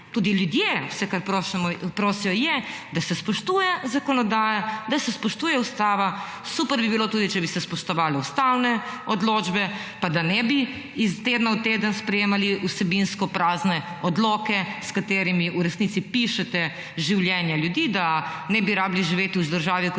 tudi ljudje vse, kar prosijo, je, da se spoštuje zakonodaja, da se spoštuje Ustava, super bi bilo tudi, če bi se spoštovale ustavne odločbe, pa da ne bi iz tedna v teden sprejemali vsebinsko prazne odloke, s katerimi v resnici pišete življenja ljudi, da ne bi rabili živeti v državi,